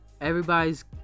Everybody's